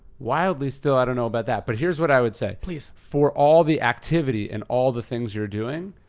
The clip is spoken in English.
wildly still, i don't know about that. but here's what i would say. please. for all the activity and all the things you're doing,